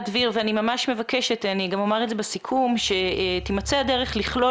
אני ממש מבקשת אני גם אומר את זה בסיכום שתימצא הדרך לכלול